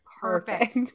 perfect